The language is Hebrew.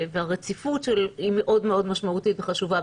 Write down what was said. והרציפות היא מאוד מאוד משמעותית וחשובה,